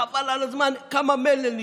חבל על הזמן כמה מלל נשפך,